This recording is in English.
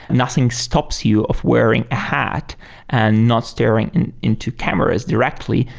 and nothing stops you of wearing a hat and not staring into cameras directly.